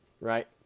right